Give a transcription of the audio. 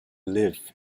live